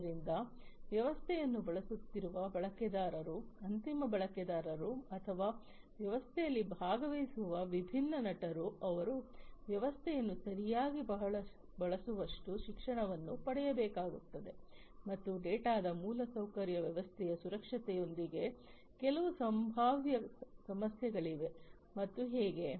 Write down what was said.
ಆದ್ದರಿಂದ ವ್ಯವಸ್ಥೆಯನ್ನು ಬಳಸುತ್ತಿರುವ ಬಳಕೆದಾರರು ಅಂತಿಮ ಬಳಕೆದಾರರು ಅಥವಾ ವ್ಯವಸ್ಥೆಯಲ್ಲಿ ಭಾಗವಹಿಸುವ ವಿಭಿನ್ನ ನಟರು ಅವರು ವ್ಯವಸ್ಥೆಯನ್ನು ಸರಿಯಾಗಿ ಬಳಸುವಷ್ಟು ಶಿಕ್ಷಣವನ್ನು ಪಡೆಯಬೇಕಾಗುತ್ತದೆ ಮತ್ತು ಡೇಟಾದ ಮೂಲಸೌಕರ್ಯ ವ್ಯವಸ್ಥೆಯ ಸುರಕ್ಷತೆಯೊಂದಿಗೆ ಕೆಲವು ಸಂಭಾವ್ಯ ಸಮಸ್ಯೆಗಳಿವೆ ಮತ್ತು ಹೀಗೆ